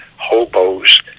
hobos